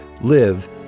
live